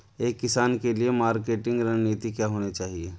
एक किसान के लिए मार्केटिंग रणनीति क्या होनी चाहिए?